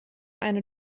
eine